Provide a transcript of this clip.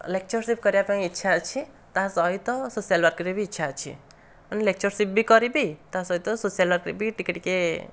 lectureship କରିବାପାଇଁ ଇଚ୍ଛା ଅଛି ତା ସହିତ ସେ ସୋସିଆଲ୍ ୱାର୍କରେ ବି ଇଚ୍ଛା ଅଛି ଲେକ୍ଚରସିପ୍ ବି କରିବି ତା ସହିତ ସୋସିଆଲ ୱାର୍କ ବି ଟିକିଏ ଟିକିଏ